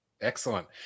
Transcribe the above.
Excellent